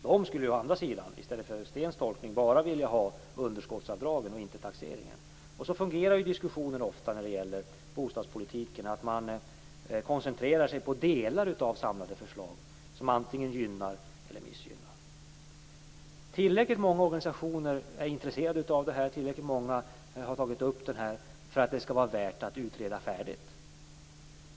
De - i motsats till Sten Andersson - skulle bara vilja ha underskottsavdragen och inte taxeringen. Så fungerar ofta diskussioner om bostadspolitiken. Man koncentrerar sig på delar av ett samlat förslag som antingen gynnar eller missgynnar. Tillräckligt många organisationer är intresserade av detta och tillräckligt många har tagit upp det för att det skall vara värt att utreda frågan färdigt.